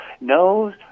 knows